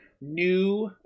new